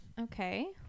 Okay